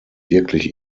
wirklich